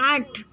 આઠ